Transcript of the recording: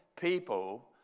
people